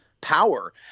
power